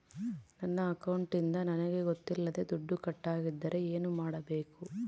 ನನ್ನ ಅಕೌಂಟಿಂದ ನನಗೆ ಗೊತ್ತಿಲ್ಲದೆ ದುಡ್ಡು ಕಟ್ಟಾಗಿದ್ದರೆ ಏನು ಮಾಡಬೇಕು?